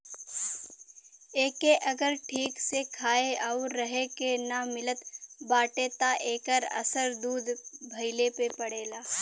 एके अगर ठीक से खाए आउर रहे के ना मिलत बाटे त एकर असर दूध भइले पे पड़ेला